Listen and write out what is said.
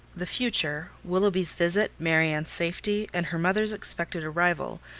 the future, willoughby's visit, marianne's safety, and her mother's expected arrival,